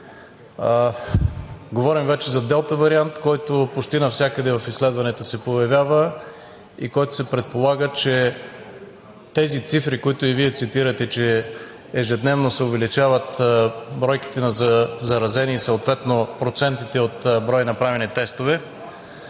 Говорим вече за Делта вариант, който почти навсякъде в изследванията се появява и който се предполага, че тези цифри, които и Вие цитирате, че ежедневно се увеличават бройките на заразени и съответно процентите от броя направени тестове,